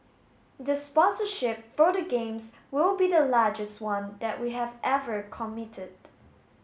the sponsorship for the Games will be the largest one that we have ever committed